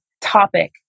topic